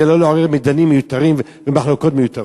לא לעורר מדנים מיותרים ומחלוקות מיותרות.